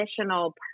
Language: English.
additional